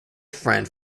friend